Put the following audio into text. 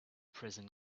prison